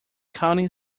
county